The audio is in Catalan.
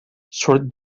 surt